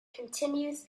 continues